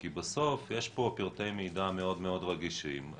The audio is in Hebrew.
כי בסוף יש פרטי מידע רגישים מאוד,